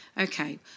Okay